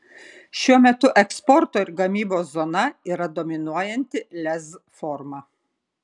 šiuo metu eksporto ir gamybos zona yra dominuojanti lez forma